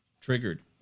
Triggered